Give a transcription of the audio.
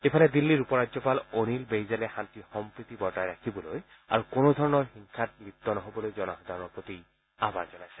ইফালে দিল্লীৰ উপ ৰাজ্যপাল অনিল বেইজালে শাস্তি সম্প্ৰীতি বৰ্তাই ৰাখিবলৈ আৰু কোনোধৰণৰ হিংসাত লিপ্ত নহবলৈ জনসাধাৰণৰ প্ৰতি আহবান জনাইছে